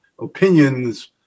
opinions